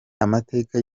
amateka